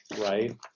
right